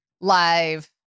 live